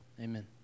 Amen